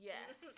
Yes